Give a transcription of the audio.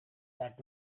let